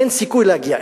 אין סיכוי להגיע.